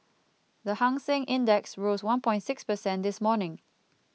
the Hang Seng Index rose one point six percent this morning